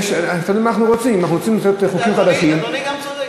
אדוני גם צודק,